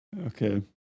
okay